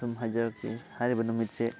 ꯁꯨꯝ ꯍꯥꯏꯖꯔꯛꯀꯦ ꯍꯥꯏꯔꯤꯕ ꯅꯨꯃꯤꯠꯁꯦ